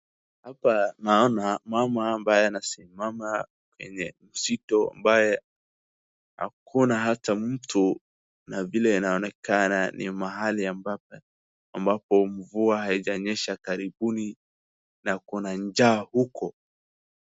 Hapa naona mama ambaye anasimama kwenye msitu ambaye hakuna hata mtu. Na vile inaonekana ni mahali ambapo mvua haijanyesha karibuni na kuna njaa huko.